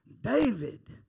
David